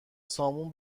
سامون